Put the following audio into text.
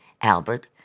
Albert